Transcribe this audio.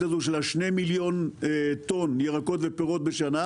הזו של שני מיליון טון ירקות ופירות בשנה,